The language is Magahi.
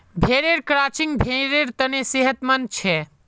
भेड़ेर क्रचिंग भेड़ेर तने सेहतमंद छे